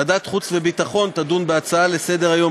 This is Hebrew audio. ועדת החוץ והביטחון תדון בהצעות לסדר-היום